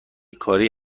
کاری